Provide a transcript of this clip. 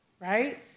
right